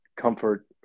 comfort